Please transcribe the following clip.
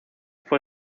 fue